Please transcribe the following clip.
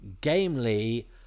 gamely